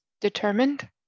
determined